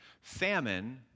Famine